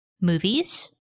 movies